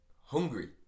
hungry